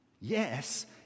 Yes